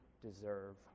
deserve